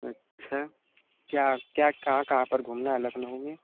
अच्छा क्या क्या कहाँ कहाँ पर घूमना है लखनऊ में